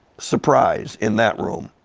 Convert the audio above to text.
surprise in that room